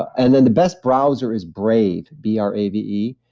and then the best browser is brave, b r a v e,